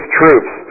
troops